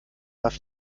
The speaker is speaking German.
darf